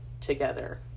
together